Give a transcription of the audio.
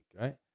right